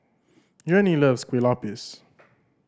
Jeannie loves Kueh Lapis